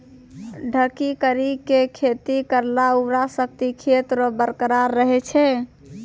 ढकी करी के खेती करला उर्वरा शक्ति खेत रो बरकरार रहे छै